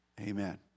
Amen